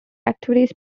activities